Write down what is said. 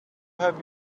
have